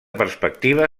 perspectiva